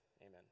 amen